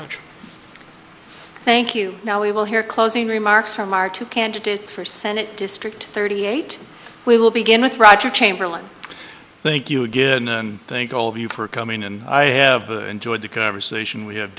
much thank you now we will hear closing remarks from our two candidates for senate district thirty eight we will begin with roger chamberlain thank you again and thank all of you for coming and i have enjoyed the conversation we have